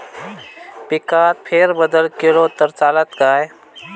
पिकात फेरबदल केलो तर चालत काय?